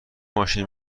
ماشینی